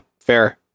fair